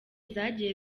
zagiye